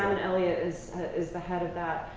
elliot is is the head of that.